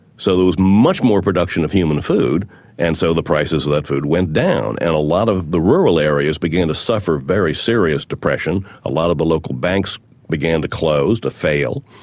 so there was much more production of human food and so the prices of that food went down, and a lot of the rural areas began to suffer very serious depression. a lot of the local banks began to close, to fail.